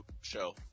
show